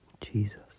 Jesus